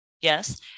Yes